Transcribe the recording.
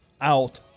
out